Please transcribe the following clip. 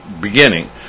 beginning